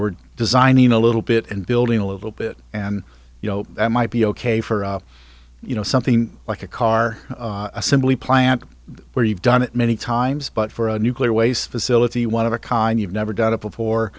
were designing a little bit and building a little bit and you know that might be ok for you know something like a car assembly plant where you've done it many times but for a nuclear waste facility want to con you've never done it before